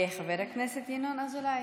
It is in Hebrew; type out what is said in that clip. חבר הכנסת ינון אזולאי.